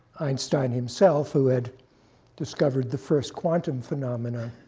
einstein himself, who had discovered the first quantum phenomena,